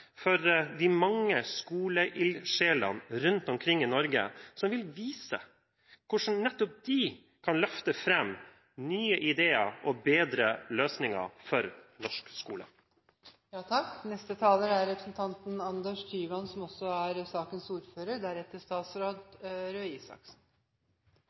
for de mange skoleildsjelene rundt omkring i Norge som vil vise hvordan nettopp de kan løfte fram nye ideer og bedre løsninger for norsk